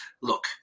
look